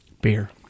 Beer